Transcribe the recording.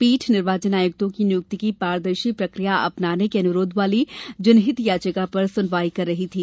पीठ निर्वाचन आयुक्तों की नियुक्ति की पारदर्शी प्रक्रिया अपनाने के अनुरोध वाली जनहित याचिका पर सुनवाई कर रही थी